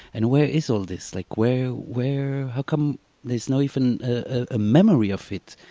and where is all this like where where how come there is no even a memory of it?